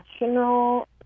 national